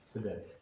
today